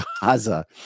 Gaza